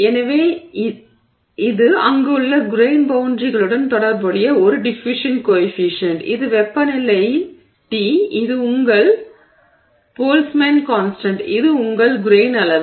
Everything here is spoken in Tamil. எனவே இது அங்குள்ள கிரெய்ன் பௌண்டரிகளுடன் தொடர்புடைய ஒரு டிஃபுயூஷன் கோயெஃபிஷியன்ட் இது வெப்பநிலை t இது உங்கள் போல்டஸ்மான்ஸ் கான்ஸ்டன்ட் boltzmann's constant இது உங்கள் கிரெய்ன் அளவு